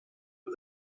the